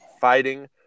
fighting